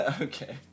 Okay